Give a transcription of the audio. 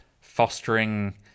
fostering